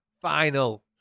final